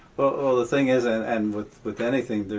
the thing is, and and with with anything,